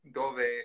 dove